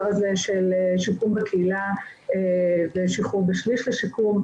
הזה של שיקום בקהילה ושחרור בשליש לשיקום,